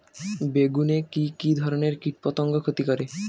বেগুনে কি কী ধরনের কীটপতঙ্গ ক্ষতি করে?